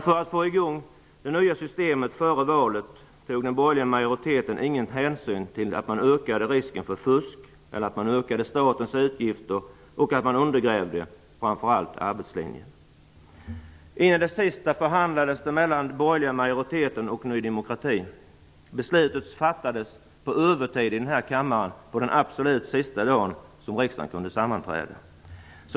För att få i gång det nya systemet före valet tog den borgerliga majoriteten ingen hänsyn till att man ökade risken för fusk eller att man ökade statens utgifter och att man framför allt undergrävde arbetslinjen. In i det sista förhandlades det mellan den borgerliga majoriteten och Ny demokrati. Beslutet fattades på övertid i den här kammaren på den absolut sista dagen som riksdagen kunde sammanträda.